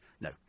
No